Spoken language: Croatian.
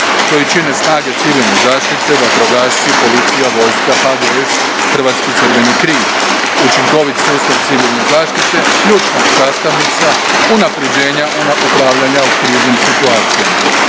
kojeg čine snage civilne zaštite, vatrogasci, policija, vojska, HGSS, Hrvatski Crveni križ. Učinkovit sustav civilne zaštite ključna je sastavnica unaprjeđenja upravljanja u kriznim situacijama.